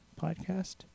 podcast